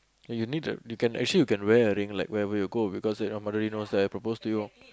and you need the you can actually you can wear a ring like wherever you go because that nobody knows that I proposed to you